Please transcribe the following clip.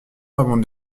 avant